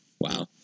Wow